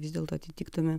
vis dėlto atitiktume